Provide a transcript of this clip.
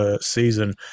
season